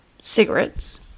cigarettes